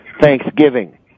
thanksgiving